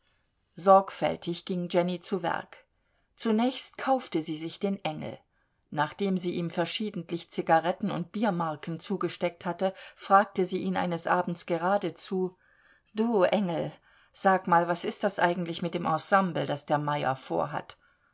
sorgfältig ging jenny zu werk zunächst kaufte sie sich den engel nachdem sie ihm verschiedentlich zigaretten und biermarken zugesteckt hatte fragte sie ihn eines abends geradezu du engel sag mal was ist das eigentlich mit dem ensemble das der meyer vorhat